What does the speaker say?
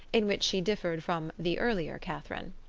in which she differed from the earlier catherine.